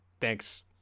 thanks